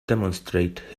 demonstrate